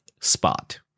spot